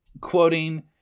quoting